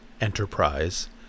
enterprise